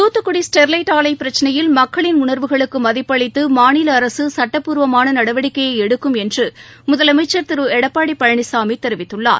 Thoothukudi Sterlite ஆலை பிரச்சினையில் மக்களின் உணர்வுகளுக்கு மதிப்பளித்து மாநில அரசு சுட்டப்பூர்வமான நடவடிக்கையை எடுக்கும் என்று முதலமைச்சர் திரு எடப்பாடி பழனிசாமி தெரிவித்துள்ளார்